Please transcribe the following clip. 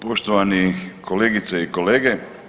Poštovani kolegice i kolege.